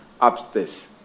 upstairs